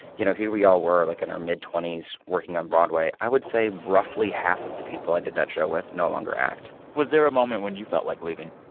you know, here we all were, like, in our mid twenty s, working on broadway. i would say roughly half of the people i did that show with no longer act was there a moment when you felt like leaving,